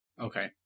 okay